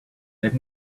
let